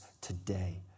today